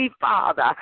Father